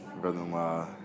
brother-in-law